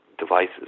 devices